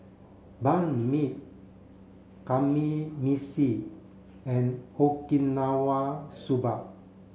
Banh Mi Kamameshi and Okinawa soba